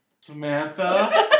Samantha